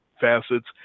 facets